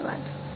धन्यवाद